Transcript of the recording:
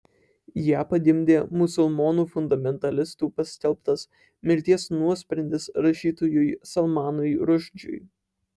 ją pagimdė musulmonų fundamentalistų paskelbtas mirties nuosprendis rašytojui salmanui rušdžiui